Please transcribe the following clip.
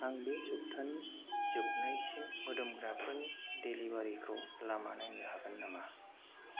आं बे सबथानि जोबनायसिम मोदोमग्राफोरनि डेलिबारिखौ लामा नायनो हागोन नामा